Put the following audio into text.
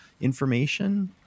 information